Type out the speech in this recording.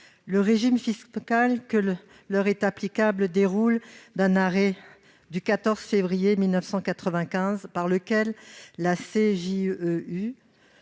Le régime fiscal qui leur est applicable découle d'un arrêt du 14 février 1995 par lequel la CJUE